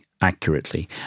accurately